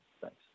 Thanks